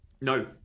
No